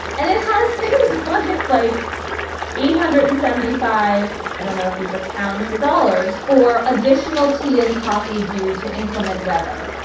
and it has things not hit like eight hundred and seventy five. i don't know if these are pounds or dollars for additional tea and coffee due to inclement weather.